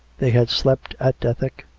they had slept at dethick,